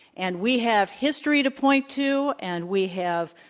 and we have history to point to and we have,